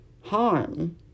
harm